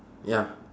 ya